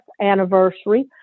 anniversary